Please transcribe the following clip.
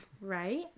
right